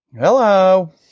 hello